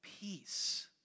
peace